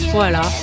voilà